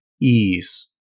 ease